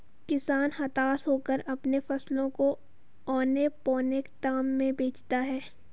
किसान हताश होकर अपने फसलों को औने पोने दाम में बेचता है